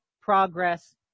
progress